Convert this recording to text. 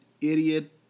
idiot